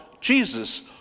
Jesus